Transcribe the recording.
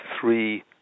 three